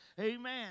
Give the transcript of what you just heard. Amen